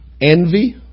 Envy